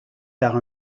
par